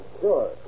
Sure